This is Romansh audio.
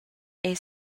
era